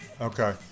Okay